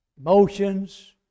Emotions